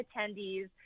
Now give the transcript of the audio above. attendees